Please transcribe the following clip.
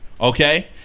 okay